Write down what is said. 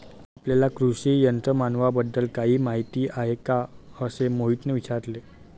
आपल्याला कृषी यंत्रमानवाबद्दल काही माहिती आहे का असे मोहितने विचारले?